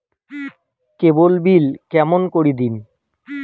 কেবল bill কেমন করি দিম?